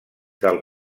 del